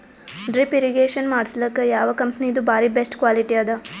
Drip irrigation ಮಾಡಸಲಕ್ಕ ಯಾವ ಕಂಪನಿದು ಬಾರಿ ಬೆಸ್ಟ್ ಕ್ವಾಲಿಟಿ ಅದ?